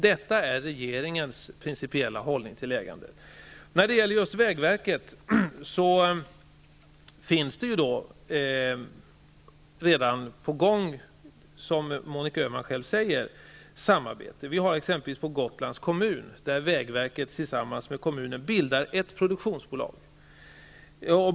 Det är regeringens principiella hållning beträffande ägandet. När det gäller just vägverket är redan, som Monica Öhman själv säger, ett samarbete på gång. Exempelvis i Gotlands kommun bildar vägverket och kommunen ett produktionsbolag.